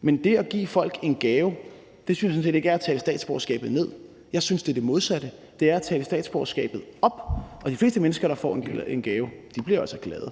Men det at give folk en gave synes jeg sådan set ikke er at tale statsborgerskabet ned. Jeg synes, det er det modsatte, nemlig at tale statsborgerskabet op. De fleste mennesker, der får en gave, bliver jo altså glade.